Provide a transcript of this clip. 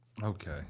Okay